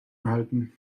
erhalten